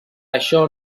això